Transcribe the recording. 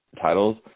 titles